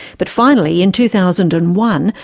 but finally in two thousand and one,